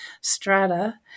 strata